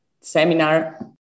seminar